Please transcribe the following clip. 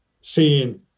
seeing